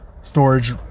storage